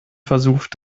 versucht